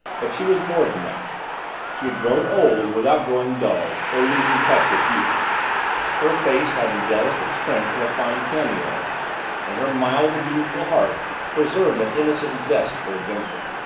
but she was more than that she had grown old without growing dull or losing touch with youth her face had the delicate strength of a fine cameo and her mild and youthful heart preserved an innocent zest for adventure.